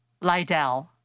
Lydell